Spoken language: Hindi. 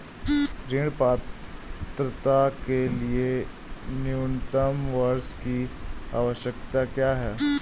ऋण पात्रता के लिए न्यूनतम वर्ष की आवश्यकता क्या है?